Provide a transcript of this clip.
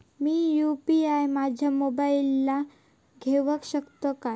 मी UPI माझ्या मोबाईलावर घेवक शकतय काय?